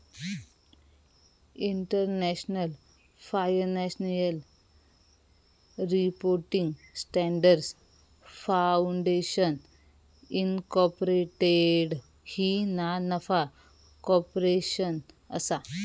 international financial reporting standards foundation incorporated ही ना नफा कॉर्पोरेशन असा